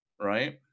right